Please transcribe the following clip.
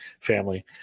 family